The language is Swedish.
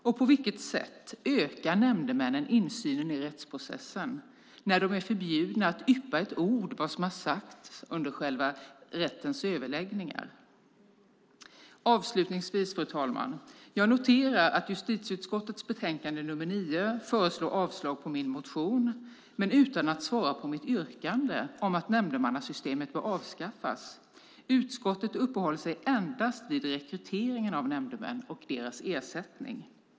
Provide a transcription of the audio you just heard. Och på vilket sätt ökar nämndemän insynen i rättsprocessen när de är förbjudna att yppa ett ord om vad som har sagts under rättens överläggningar? Avslutningsvis, fru talman, noterar jag att justitieutskottet i betänkande nr 9 föreslår avslag på min motion men utan att svara på mitt yrkande om att nämndemannasystemet bör avskaffas. Utskottet uppehåller sig endast vid rekryteringen av nämndemän och deras ersättning.